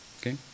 Okay